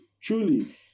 truly